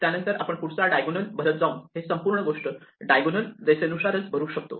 त्यानंतर आपण पुढचा डायगोनल भरत जाऊन हे संपूर्ण गोष्ट डायगोनल रेषे नुसार भरू शकतो